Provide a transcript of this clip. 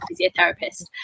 physiotherapist